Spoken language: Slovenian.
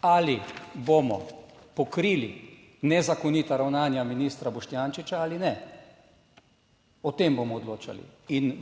Ali bomo pokrili nezakonita ravnanja ministra Boštjančiča ali ne - o tem bomo odločali.